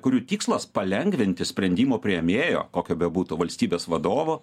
kurių tikslas palengvinti sprendimų priėmėjo kokio bebūtų valstybės vadovo